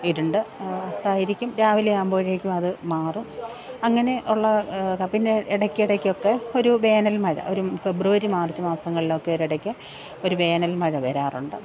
ഇരുണ്ടതായിരിക്കും രാവിലെയാവുമ്പോഴേക്കും അത് മാറും അങ്ങനെ ഉള്ള അതാണ് പിന്നെ ഇടയ്ക്കിടട്ക്കൊക്കെ ഒരു വേനല്മഴ ഒരു ഫെബ്രുവരി മാര്ച്ച് മാസങ്ങളിലൊക്കെ ഒരിടയ്ക്ക് ഒരു വേനല്മഴ വരാറുണ്ട്